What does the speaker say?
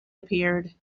appeared